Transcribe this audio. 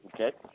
Okay